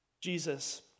Jesus